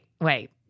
wait